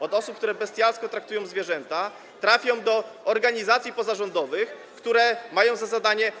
od osób, które bestialsko traktują zwierzęta, trafią do organizacji pozarządowych, które mają za zadanie.